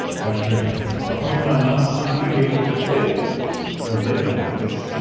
back here unfortunately, i'm not i'm not gonna be able to play it during day time, because. ah